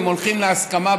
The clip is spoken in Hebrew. אם הולכים בהסכמה,